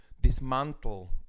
dismantle